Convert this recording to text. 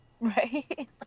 right